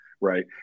right